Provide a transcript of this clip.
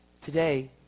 Today